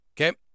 Okay